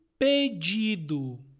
pedido